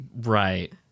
Right